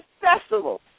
festival